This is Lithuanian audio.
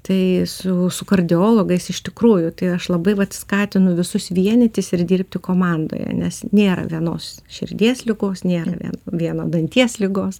tai su su kardiologais iš tikrųjų tai aš labai vat skatinu visus vienytis ir dirbti komandoje nes nėra vienos širdies ligos nėra vien vieno danties ligos